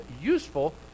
useful